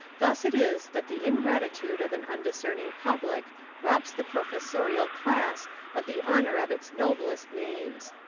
thus it is that the ingratitude of an undiscerning public robs the professorial class of the honour of its noblest names.